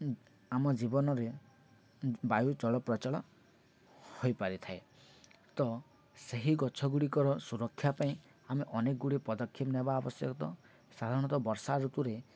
ଆମ ଜୀବନରେ ବାୟୁ ଚଳପ୍ରଚଳ ହୋଇପାରିଥାଏ ତ ସେହି ଗଛ ଗୁଡ଼ିକର ସୁରକ୍ଷା ପାଇଁ ଆମେ ଅନେକ ଗୁଡ଼ିଏ ପଦକ୍ଷେପ ନେବା ଆବଶ୍ୟକ ସାଧାରଣତଃ ବର୍ଷା ଋତୁରେ